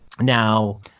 Now